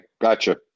gotcha